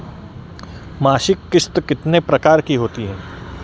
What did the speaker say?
मासिक किश्त कितने प्रकार की होती है?